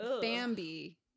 Bambi